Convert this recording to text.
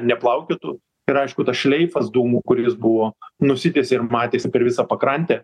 neplaukiotų ir aišku tas šleifas dūmų kuris buvo nusitiesė ir matėsi per visą pakrantę